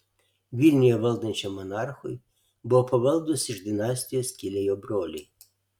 vilniuje valdančiam monarchui buvo pavaldūs iš dinastijos kilę jo broliai